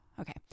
Okay